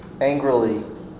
angrily